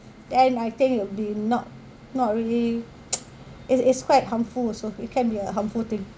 then I think it'll be not not really it's it's quite harmful also it can be a harmful thing